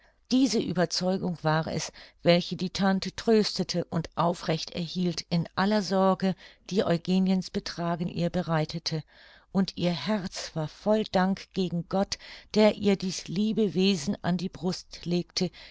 diese ueberzeugung war es welche die tante tröstete und aufrecht erhielt in aller sorge die eugeniens betragen ihr bereitete und ihr herz war voll dank gegen gott der ihr dies liebe wesen an die brust legte